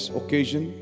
occasion